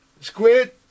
Squid